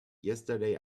yesterday